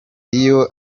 iyo